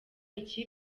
ikipe